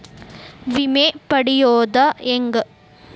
ವಿಮೆ ಪಡಿಯೋದ ಹೆಂಗ್?